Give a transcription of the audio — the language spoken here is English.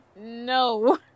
No